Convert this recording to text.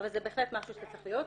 אבל זה בהחלט משהו שצריך להיות,